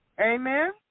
Amen